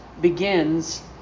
begins